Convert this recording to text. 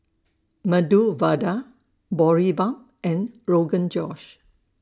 Medu Vada Boribap and Rogan Josh